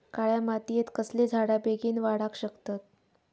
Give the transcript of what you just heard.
काळ्या मातयेत कसले झाडा बेगीन वाडाक शकतत?